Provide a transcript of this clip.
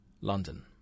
London